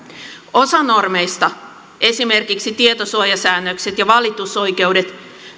osa normeista esimerkiksi tietosuojasäännökset ja valitusoikeudet